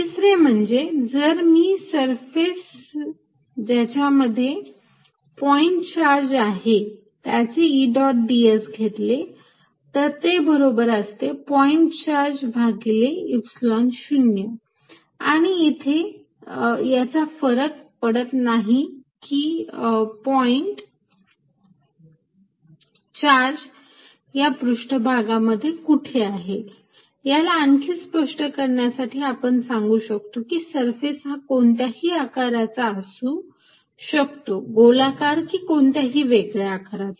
तिसरे म्हणजे जर मी सरफेस ज्याच्यामध्ये पॉईंट चार्ज आहे त्याचे E डॉट ds घेतले तर ते बरोबर असते पॉईंट चार्ज भागिले Epsilon 0 आणि इथे याचा फरक पडत नाही की पॉईंट चार्ज हा पृष्ठभागामध्ये कुठे आहे याला आणखी स्पष्ट करण्यासाठी आपण असे सांगू शकतो की सरफेस हा कोणत्याही आकाराचा असू शकतो गोलाकार की कोणत्याही वेगळ्या आकाराचा